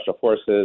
forces